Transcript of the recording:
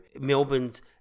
Melbourne's